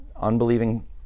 unbelieving